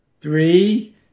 three